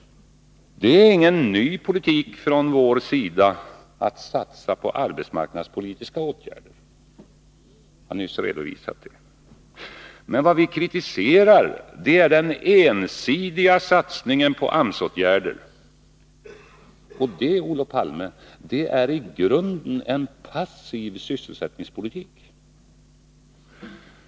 Det är ingen ny politik från vår sida att satsa på arbetsmarknadspolitiska åtgärder. Jag har nyss redogjort för det. Men vad vi kritiserar är den ensidiga satsningen på AMS-åtgärder. Detta är i grunden, Olof Palme, en passiv sysselsättningspolitik.